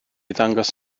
ddangos